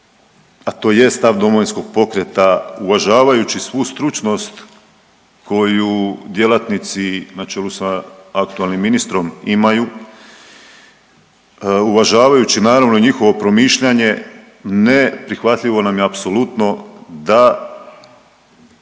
a to je stav Domovinskog pokreta, uvažavajući svu stručnost koju djelatnici, na čelu sa aktualnim ministrom imaju, uvažavajući, naravno i njihovo promišljanje, neprihvatljivo nam je apsolutno da